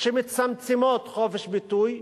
שמצמצמות חופש ביטוי,